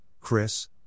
Chris